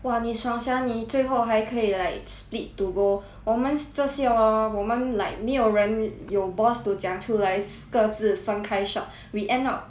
!wah! 你爽 sia 你最后还可以 like slip to go 我们这些 orh 我们 like 没有人有 boss to 讲出来各自分开 shop we end up